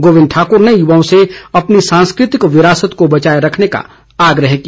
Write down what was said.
गोबिंद ठाकुर ने युवाओं से अपनी सांस्कृतिक विरासत को बचाए रखने का आग्रह किया